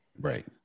Right